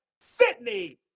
Sydney